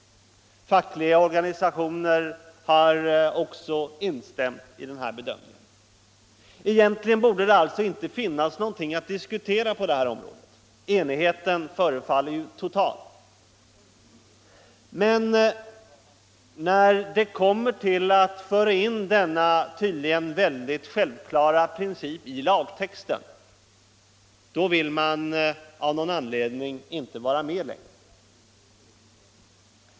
Fackliga organisationer har också instämt i den bedömningen. Egentligen borde det alltså inte finnas någonting att diskutera på detta område; enigheten förefaller ju total. Men när det gäller att föra in denna självklara princip i lagtexten, då vill man av någon anledning inte vara med längre.